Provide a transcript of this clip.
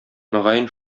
мөгаен